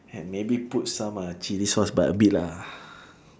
and maybe put some uh chilli sauce but a bit lah